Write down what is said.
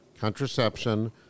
contraception